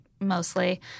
mostly